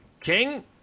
King